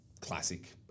classic